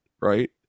right